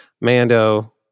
Mando